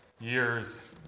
years